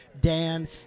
Dan